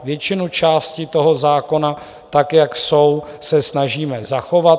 Většinu částí toho zákona tak, jak jsou, se snažíme zachovat.